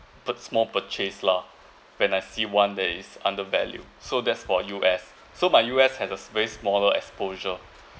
pur~ small purchase lah when I see one that is undervalue so that's for U_S so my U_S has a very smaller exposure